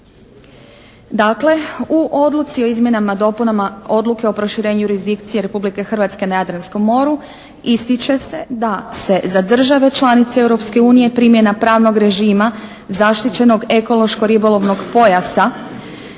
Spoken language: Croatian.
Dakle, u Odluci o izmjenama i dopunama Odluke o proširenju jurisdikcije Republike Hrvatske na Jadranskom moru ističe se da se za države članice Europske unije primjena pravnog režima zaštićenog ekološko-ribolovnog pojasa